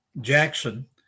Jackson